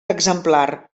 exemplar